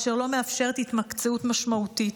אשר לא מאפשרת התמקצעות משמעותית.